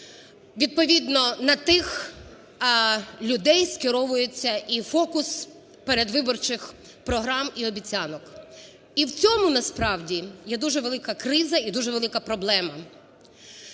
відповідно на тих людей скеровується і фокус передвиборчих програм і обіцянок. І в цьому, насправді, є дуже велика криза і дуже велика проблема.